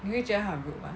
你会觉得她很 rude [what]